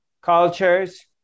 cultures